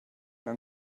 dann